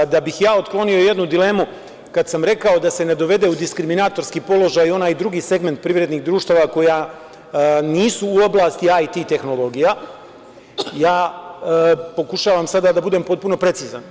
Da bih ja otklonio jednu dilemu, kad sam rekao da se ne dovede u diskrinatorski položaj onaj drugi segment privrednih društava koja nisu u oblasti IT tehnologija, ja pokušavam sada da budem potpuno precizan.